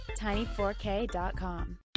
tiny4k.com